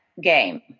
game